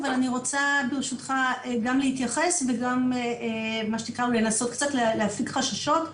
אבל אני רוצה ברשותך גם להתייחס וגם לנסות קצת להפיג חששות,